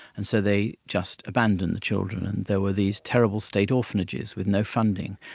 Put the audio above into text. and so they just abandoned the children. and there were these terrible state orphanages with no funding.